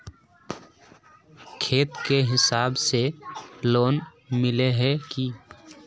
खेत के हिसाब से लोन मिले है की?